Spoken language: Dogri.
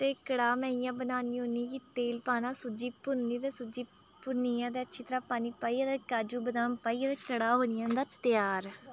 ते कड़ाह् में इ'यां बनानी होन्नी कि तेल पाना सूजी भुन्ननी ते सूजी भुन्नियै अच्छी तरह पानी पाइयै ते काजू बदाम पाइयै ते कड़ाह् बनी जंदा त्यार